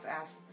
asked